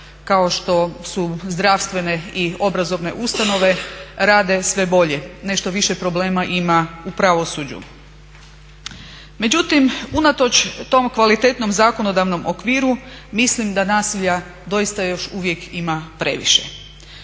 kao što su zdravstvene i obrazovne ustanove, rade sve bolje. Nešto više problema ima u pravosuđu. Međutim, unatoč tom kvalitetnom zakonodavnom okviru mislim da nasilja doista još uvijek ima previše.